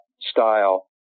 style